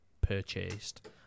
purchased